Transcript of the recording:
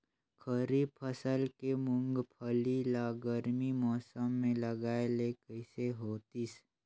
खरीफ फसल के मुंगफली ला गरमी मौसम मे लगाय ले कइसे होतिस?